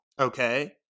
Okay